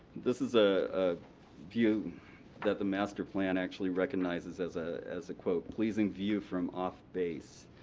this is a ah view that the master plan actually recognizes as ah as a pleasing view from off base,